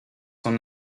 son